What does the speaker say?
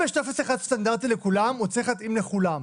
אם יש טופס סטנדרטי אחד לכולם הוא צריך להתאים לכולם,